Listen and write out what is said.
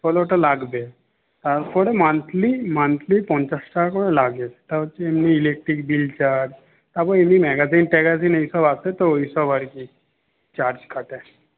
হলে ওটা লাগবে তারপরে মান্থলি মান্থলি পঞ্চাশ টাকা করে লাগে তাও মানে হচ্ছে ইলেকট্রিক বিল চার্জ তারপর এমনি ম্যাগাজিন ট্যাগাজিন এইসব আছে তো ওইসব আর কি চার্জ কাটে